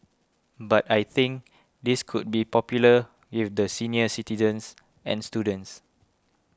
but I think this could be popular if the senior citizens and students